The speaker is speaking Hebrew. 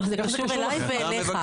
זה קשור אליי ואליך.